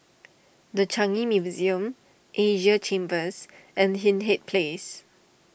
the Changi Museum Asia Chambers and Hindhede Place